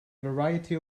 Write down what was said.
variety